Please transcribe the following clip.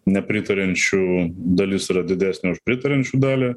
nepritariančiųjų dalis yra didesnė už pritariančių dalį